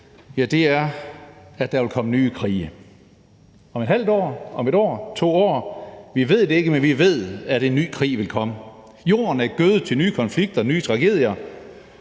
er, at der vil komme nye krige – om ½ år, om 1 år eller om 2 år, vi ved det ikke, men vi ved, at en ny krig vil komme. Jorden er gødet til nye konflikter og nye tragedier.